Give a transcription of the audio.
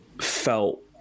felt